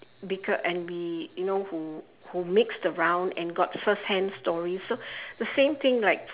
becau~ and we you know who who mixed around and got first hand stories so the same thing like